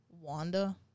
Wanda